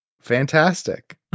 Fantastic